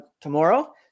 tomorrow